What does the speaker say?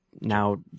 Now